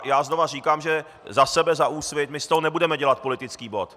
Já znovu říkám za sebe, za Úsvit, my z toho nebudeme dělat politický bod.